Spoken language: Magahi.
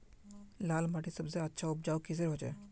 लाल माटित सबसे अच्छा उपजाऊ किसेर होचए?